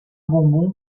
bonbons